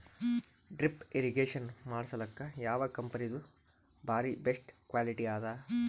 Drip irrigation ಮಾಡಸಲಕ್ಕ ಯಾವ ಕಂಪನಿದು ಬಾರಿ ಬೆಸ್ಟ್ ಕ್ವಾಲಿಟಿ ಅದ?